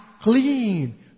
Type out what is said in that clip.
clean